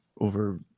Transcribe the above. over